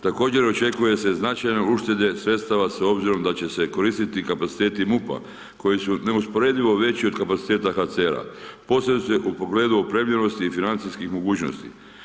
Također, očekuje se značajne uštede sredstava s obzirom da će se koristiti kapaciteti MUP-a, koji su neusporedivo veći od kapaciteta HCR-a, posebice u pogledu opremljenosti i financijskih mogućnosti.